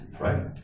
Right